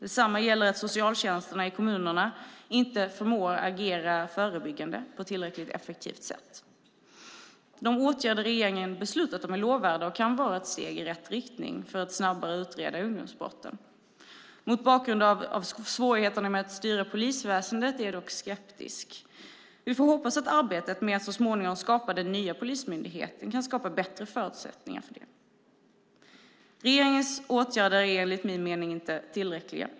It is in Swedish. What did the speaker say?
Detsamma gäller att socialtjänsterna i kommunerna inte förmår agera förebyggande på tillräckligt effektivt sätt. De åtgärder regeringen har beslutat om är lovvärda och kan vara steg i rätt riktning för att snabbare utreda ungdomsbrotten. Mot bakgrund av svårigheterna med att styra polisväsendet är jag dock skeptisk. Vi får hoppas att arbetet med att så småningom skapa den nya polismyndigheten kan skapa bättre förutsättningar. Regeringens åtgärder är enligt min mening inte tillräckliga.